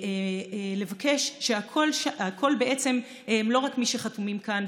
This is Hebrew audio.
וזה לא רק מי שחתומים כאן,